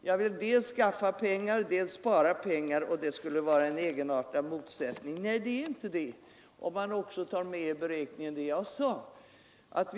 Jag vill dels skaffa pengar, dels spara pengar, och det skulle vara en egenartad motsättning enligt herr Grebäck. Nej, det är det inte om man tar med i beräkningen vad jag sade.